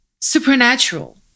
supernatural